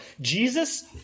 Jesus